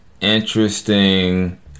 Interesting